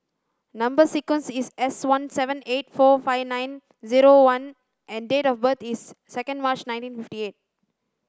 number sequence is S one seven eight four five nine zero one and date of birth is second March nineteen fifty eight